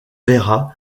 vera